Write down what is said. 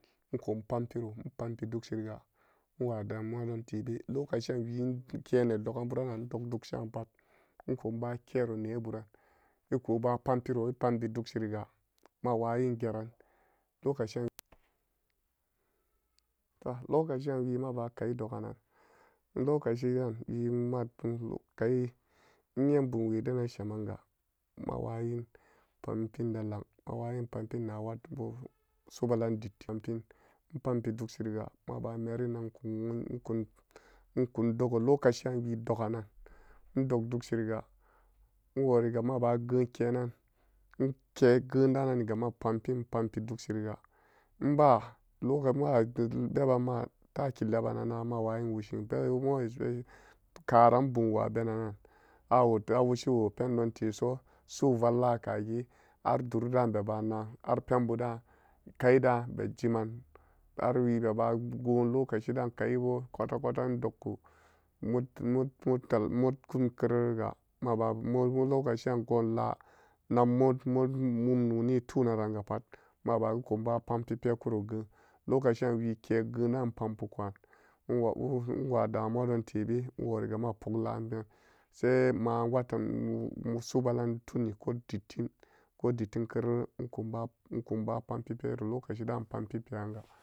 Ikun pumpiro inpampi dugshiriga iwa damuwa don tebe lokaciyan wi in kee ne dogan buranan dog dukshepat ikunba kero neburan ekuba pampiro epampi dughshiriga mawayin geran lokaciyan to lokaciyan wimaba knai doganan lokaciden wimae khai iyebumwedena shemanga ma wayin pampin de laang mawayin pampin na wata bu subalan dittim pumpin inpampi dughiriga maba merinan ikun wo ikun dogo lokaciyan widogannan idog dugsiriga inworiga maba geun kenan eke geunda naniga mapampin inpampi dugshiriga eba lo- eba geun beban ma taki lebananna ma wayin woshin karan bumwo abenannan awo-awoshi wo pendon teso su'uvallakagi har durida beba naan har penbuda khaida be jiman har wibebago lokaciden khaibo kwata kwata indogku mopo-mopo mo kumkerurerega maba mo lokaci yan golaa nag mo-mo mumnoni e tunaran gapat maba ekuba pampi pekuro geun lokaciyan wike geunan in pampikuran inwo-inwa damuwa tebe inworigama pumlaben sai ma watan mu-mu subalan tunin ko dittim ko dittim keurere inkumba-ikumba pumpipero lokacidu ipampipe nyanga.